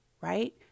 right